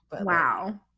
Wow